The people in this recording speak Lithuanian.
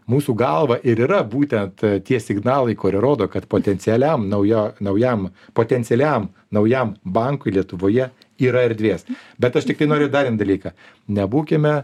mūsų galva ir yra būtent tie signalai kurie rodo kad potencialiam nauja naujam potencialiam naujam bankui lietuvoje yra erdvės bet aš tiktai noriu dar vieną dalyką nebūkime